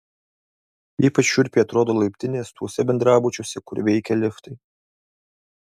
ypač šiurpiai atrodo laiptinės tuose bendrabučiuose kur veikia liftai